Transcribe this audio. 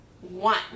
one